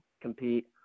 compete